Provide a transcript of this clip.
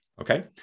Okay